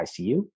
ICU